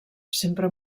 sempre